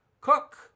cook